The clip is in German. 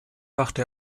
wachte